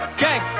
gang